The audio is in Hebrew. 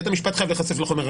שבית המשפט ייחשף לחומר,